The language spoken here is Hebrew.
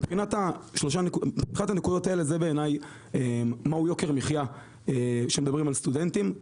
מבחינת הנקודות האלה זה בעיניי מה הוא יוקר מחייה כשמדברים על סטודנטים.